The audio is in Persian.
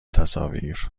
تصاویر